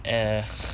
and